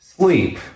Sleep